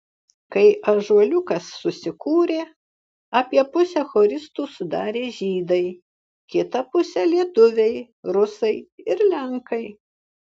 kai ąžuoliukas susikūrė apie pusę choristų sudarė žydai kitą pusę lietuviai rusai ir lenkai